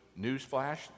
newsflash